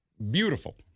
Beautiful